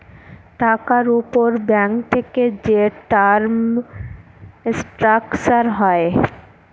টাকার উপর ব্যাঙ্ক থেকে যে টার্ম স্ট্রাকচার হয়